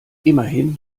immerhin